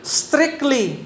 strictly